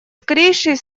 скорейший